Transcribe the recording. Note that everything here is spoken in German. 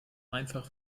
einfach